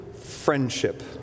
friendship